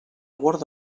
word